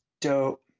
dope